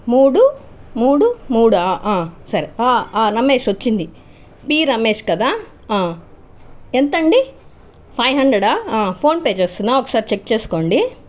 మూడు మూడు మూడా సరే రమేష్ వచ్చింది పి రమేష్ కదా ఎంతండి ఫైవ్ హండ్రెడా ఫోన్పే చేస్తున్న ఒక్కసారి చెక్ చేసుకోండి